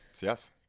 Yes